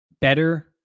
better